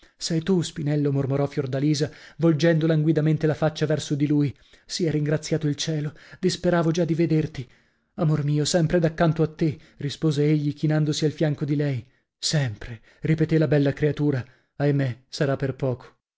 sei tu spinello mormorò fiordalisa volgendo languidamente la faccia verso di lui sia ringraziato il cielo disperavo già di vederti amor mio sempre daccanto a te rispose egli chinandosi al fianco di lei sempre ripetè la bella creatura ahimè sarà per poco